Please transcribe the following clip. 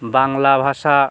বাংলা ভাষা